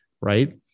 Right